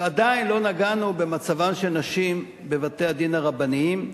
ועדיין לא נגענו במצבן של נשים בבתי-הדין הרבניים.